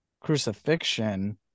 crucifixion